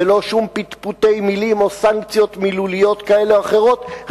ולא שום פטפוטי מלים או סנקציות מילוליות כאלה ואחרות,